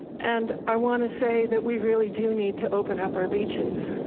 and i wanna say that we really do need to open up our beaches.